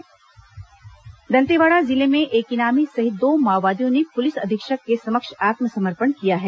माओवादी समर्पण दंतेवाड़ा जिले में एक इनामी सहित दो माओवादियों ने पुलिस अधीक्षक के समक्ष आत्मसमर्पण किया है